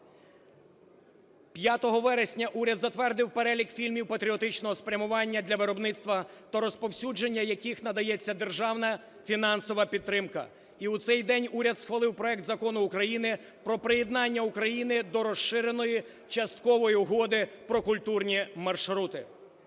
5 вересня уряд затвердив перелік фільмів патріотичного спрямування, для виробництва та розповсюдження яких надається державна фінансова підтримка. І у цей день уряд схвалив проект Закону України про приєднання України до Розширеної часткової Угоди про культурні маршрути.